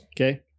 Okay